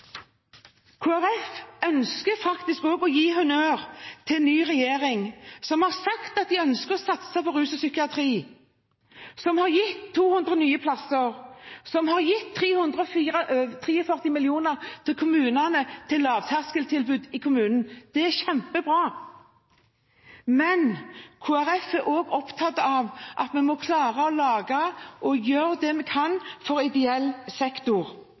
å gi honnør til den nye regjeringen, som har sagt at de ønsker å satse på rus og psykiatri, som har gitt 200 nye plasser, og som har gitt 343 mill. kr til lavterskeltilbud i kommunene. Det er kjempebra, men Kristelig Folkeparti er også opptatt av at man skal gjøre det man kan for ideell sektor.